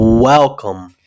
Welcome